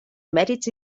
mèrits